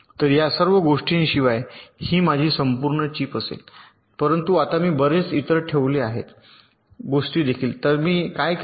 तर या सर्व गोष्टीशिवाय ही माझी संपूर्ण चिप असेल परंतु आता मी बरेच इतर ठेवले आहेत गोष्टी देखील तर मी काय केले